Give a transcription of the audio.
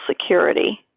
Security